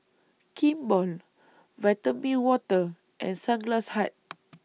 Kimball Vitamin Water and Sunglass Hut